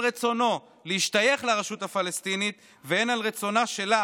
רצונו להשתייך לרשות הפלסטינית והן על רצונה שלה